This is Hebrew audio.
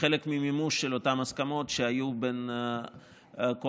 כחלק ממימוש של אותן הסכמות שהיו בין הקואליציה,